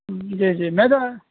جی جی میں تو